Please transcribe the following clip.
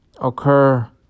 occur